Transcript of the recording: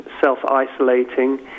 self-isolating